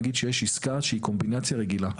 נגיד שיש עסקה שהיא קומבינציה רגילה.